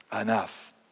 enough